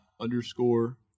underscore